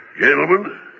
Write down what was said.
Gentlemen